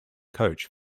coach